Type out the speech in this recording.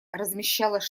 размещалась